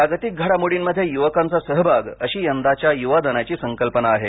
जागतिक घडामोडींमध्ये युवकांचा सहभाग अशी यदाच्या युवा दिनाची संकल्पना आहे